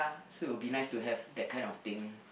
so it will be nice to have that kind of thing